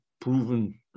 proven